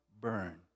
burn